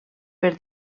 per